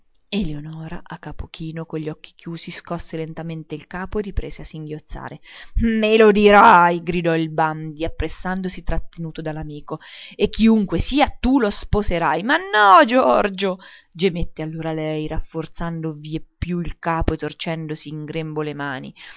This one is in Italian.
eleonora a capo chino con gli occhi chiusi scosse lentamente il capo e riprese a singhiozzare me lo dirai gridò il bandi appressandosi trattenuto dall'amico e chiunque sia tu lo sposerai ma no giorgio gemette allora lei raffondando vie più il capo e torcendosi in grembo le mani